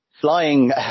flying